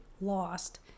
lost